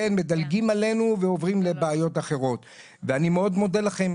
כן.." ומדלגים עלינו ועוברים לבעיות אחרות ואני מאוד מודה לכם,